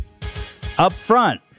Upfront